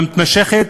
מתמשכת,